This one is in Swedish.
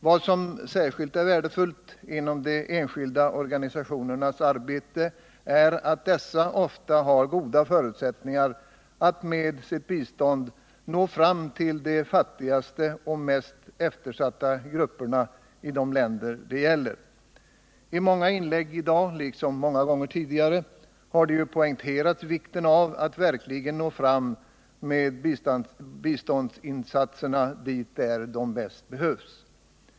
Vad som är särskilt värdefullt inom de enskilda organisationernas arbete är att dessa oftast har goda förutsättningar att med sitt bistånd nå fram till de fattigaste och mest eftersatta grupperna i de länder det gäller. I många inlägg i dag, liksom så många gånger tidigare, har ju poängterats vikten av att verkligen nå fram med biståndsinsatserna dit där de bäst behövs.